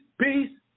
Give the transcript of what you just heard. peace